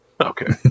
Okay